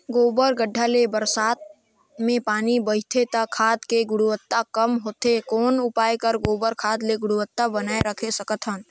गोबर गढ्ढा ले बरसात मे पानी बहथे त खाद के गुणवत्ता कम होथे कौन उपाय कर गोबर खाद के गुणवत्ता बनाय राखे सकत हन?